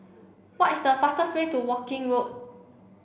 what is the fastest way to Woking Road